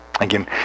Again